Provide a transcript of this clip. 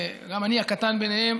גם אני הקטן ביניהם,